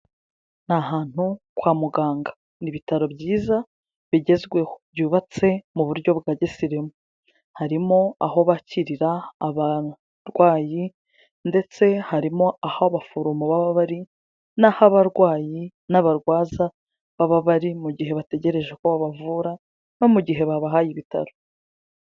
Ni ahantu kwa muganga ni ibitaro byiza bigezweho, byubatse mu buryo bwa gisirimu, harimo aho bakirira abarwayi ndetse harimo aho abaforomo baba bari n'aho abarwayi n'abarwaza baba bari mu gihe bategereje ko babavura no mu gihe babahaye ibitaro.